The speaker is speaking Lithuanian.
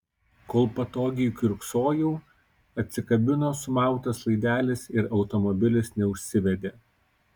kol patogiai kiurksojau atsikabino sumautas laidelis ir automobilis neužsivedė